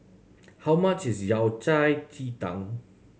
how much is Yao Cai ji tang